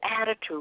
attitude